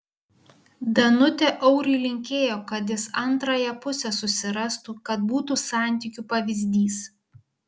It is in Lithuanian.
danutė auriui linkėjo kad jis antrąją pusę susirastų kad būtų santykių pavyzdys